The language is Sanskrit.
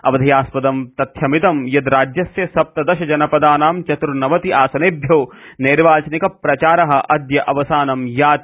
अवधेयास्पदं तथ्यमिदं यत् राज्यस्य सप्तदश जनपदानां चतुर्नवति आसनेभ्यः नैर्वाचनिकप्रचारः अद्य अवसानं याति